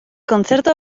kontzertu